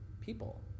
people